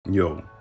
Yo